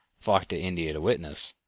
flocked to india to witness,